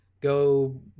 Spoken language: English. go